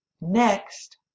Next